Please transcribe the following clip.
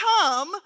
come